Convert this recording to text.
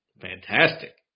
fantastic